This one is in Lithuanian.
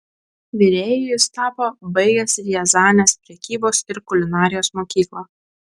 virėju jis tapo baigęs riazanės prekybos ir kulinarijos mokyklą